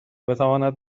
بتواند